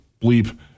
bleep